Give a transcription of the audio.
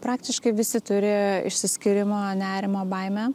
praktiškai visi turi išsiskyrimo nerimo baimę